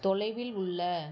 தொலைவில் உள்ள